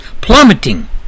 plummeting